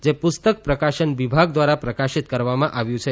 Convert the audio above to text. જે પુસ્તક પ્રકાશન વિભાગ દ્વારા પ્રકાશિત કરવામાં આવ્યું છે